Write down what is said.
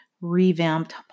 revamped